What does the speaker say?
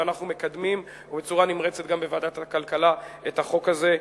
ואנחנו מקדמים בצורה נמרצת גם בוועדת הכלכלה את החוק הזה,